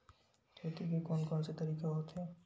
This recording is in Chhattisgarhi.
खेती के कोन कोन से तरीका होथे?